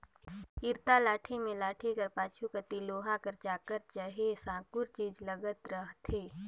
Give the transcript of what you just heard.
इरता लाठी मे लाठी कर पाछू कती लोहा कर चाकर चहे साकुर चीज लगल रहथे